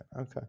okay